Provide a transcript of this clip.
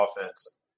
offense